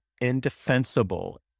indefensible